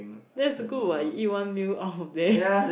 that's good what you eat one meal out of there